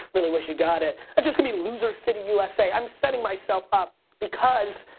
really wish you got it. i'm just gonna be loser city usa. i'm setting myself up because,